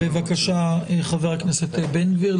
בבקשה, חבר הכנסת בן גביר.